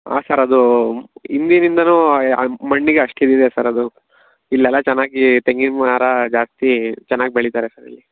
ಹಾಂ ಸರ್ ಅದು ಹಿಂದಿನಿಂದನು ಆ ಮಣ್ಣಿಗೆ ಅಷ್ಟು ಇದಿದೆ ಸರ್ ಅದು ಇಲ್ಲೆಲ್ಲ ಚೆನ್ನಾಗಿ ತೆಂಗಿನ ಮರ ಜಾಸ್ತಿ ಚೆನ್ನಾಗಿ ಬೆಳೀತಾರೆ ಸರ್ ಇಲ್ಲಿ